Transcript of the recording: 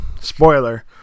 spoiler